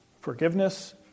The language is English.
Forgiveness